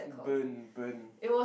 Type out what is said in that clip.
burn burn